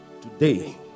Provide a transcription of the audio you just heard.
Today